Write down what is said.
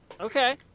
Okay